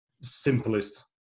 simplest